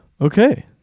Okay